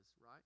right